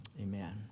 amen